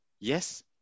Yes